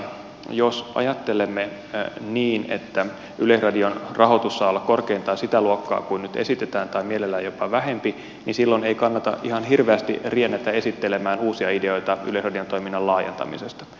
jos ajattelemme niin että yleisradion rahoitus saa olla korkeintaan sitä luokkaa kuin nyt esitetään tai mielellään jopa vähempi niin silloin ei kannata ihan hirveästi rientää esittelemään uusia ideoita yleisradion toiminnan laajentamisesta